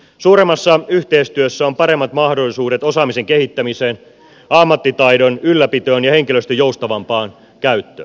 suuremmassa yhteistyössä on paremmat mahdollisuudet osaamisen kehittämiseen ammattitaidon ylläpitoon ja henkilöstön joustavampaan käyttöön